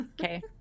okay